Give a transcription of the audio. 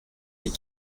les